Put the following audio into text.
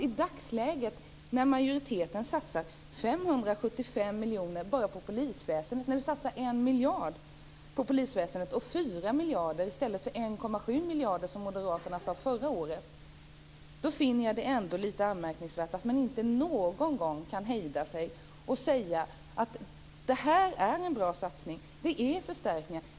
I dagsläget, när majoriteten satsar 1 miljard på polisväsendet och 4 miljarder i stället för 1,7 miljarder, som Moderaterna sade förra året, finner jag det ändå lite anmärkningsvärt att man inte någon gång kan hejda sig, och säga: Det här är en bra satsning. Den innebär förstärkningar.